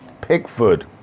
Pickford